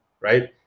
Right